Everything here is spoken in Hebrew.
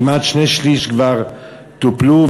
כמעט שני-שלישים כבר טופלו,